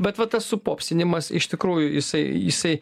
bet va tas supopsinimas iš tikrųjų jisai jisai